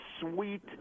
sweet